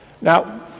Now